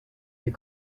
des